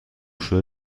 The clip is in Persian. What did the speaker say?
شده